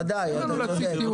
ודאי, אתה צודק.